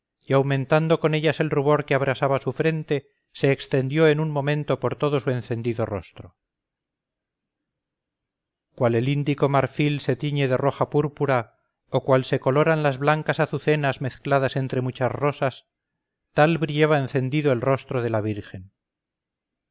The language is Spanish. y aumentando con ellas el rubor que abrasaba su frente se extendió en un momento por todo su encendido rostro cual el índico marfil se tiñe de roja púrpura o cual se coloran las blancas azucenas mezcladas entre muchas rosas tal brillaba encendido el rostro de la virgen